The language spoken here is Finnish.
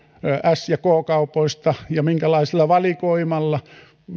s ja k kaupoista ja minkälaisella valikoimalla